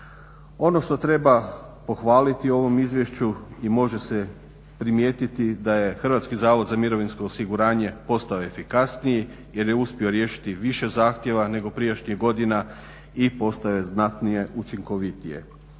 Ono što treba pohvaliti u ovom izvješću i može se primijetiti da je Hrvatski zavod za mirovinsko osiguranje postao efikasniji jer je uspio riješiti više zahtjeva nego prijašnjih godina i postao je znatnije učinkovitiji.